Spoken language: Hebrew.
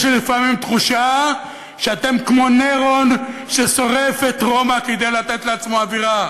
יש לי לפעמים תחושה שאתם כמו נירון ששורף את רומא כדי לתת לעצמו אווירה,